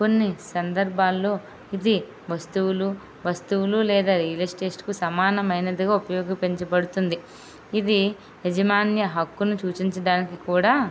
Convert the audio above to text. కొన్ని సందర్భాలలో ఇది వస్తువులు వస్తువులు లేదా రియల్ ఎస్టేట్కు సమానమైనదిగా ఉపయోగించబడుతుంది ఇది యజమాని హక్కును సూచించడానికి కూడా